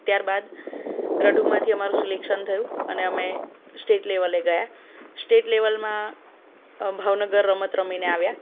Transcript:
ત્યારબાદ રઢુમાંથી અમારું સિલેક્શન થયું અને અમે સ્ટેટ લેવલે ગયા સ્ટેટ લેવલમાં ભાવનગર રમત રમીને આવ્યા